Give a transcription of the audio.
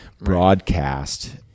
broadcast